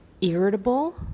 irritable